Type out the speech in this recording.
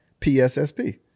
PSSP